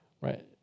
Right